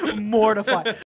mortified